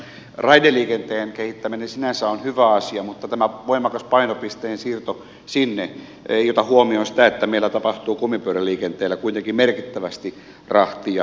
raideliikenteen kehittäminen sinänsä on hyvä asia mutta tämä voimakas painopisteen siirto sinne ei ota huomioon sitä että meillä tapahtuu kumipyöräliikenteellä kuitenkin merkittävästi rahti ja henkilöliikennettä